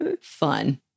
fun